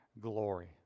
glory